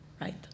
Right